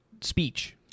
speech